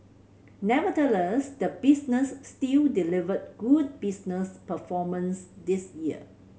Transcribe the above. nevertheless the business still delivered good business performance this year